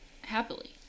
Happily